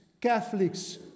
Catholics